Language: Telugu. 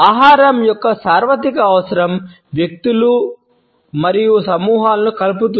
ఆహారం యొక్క సార్వత్రిక అవసరం వ్యక్తులు మరియు సమూహాలను కలుపుతుంది